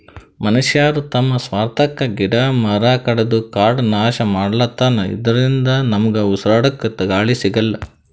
ಮನಶ್ಯಾರ್ ತಮ್ಮ್ ಸ್ವಾರ್ಥಕ್ಕಾ ಗಿಡ ಮರ ಕಡದು ಕಾಡ್ ನಾಶ್ ಮಾಡ್ಲತನ್ ಇದರಿಂದ ನಮ್ಗ್ ಉಸ್ರಾಡಕ್ಕ್ ಗಾಳಿ ಸಿಗಲ್ಲ್